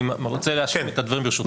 אני רוצה להשיב על הדברים ברשותך,